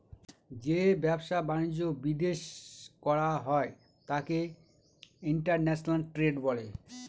যে ব্যবসা বাণিজ্য বিদেশ করা হয় তাকে ইন্টারন্যাশনাল ট্রেড বলে